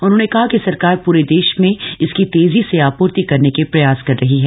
उन्होंने कह कि सरकप्र पूरे देश में इसकी तेजी से पूर्ति करने के प्रयप्त कर रही है